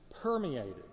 permeated